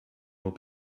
will